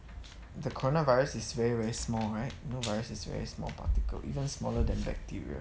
the coronavirus is very very small right you know virus is very small particle even smaller than bacteria